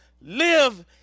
live